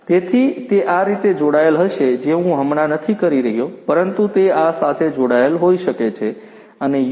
તેથી તે આ રીતે જોડાયેલ હશે જે હું હમણાં નથી કરી રહ્યો પરંતુ તે આ સાથે જોડાયેલ હોઈ શકે છે અને યુ